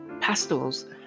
pastels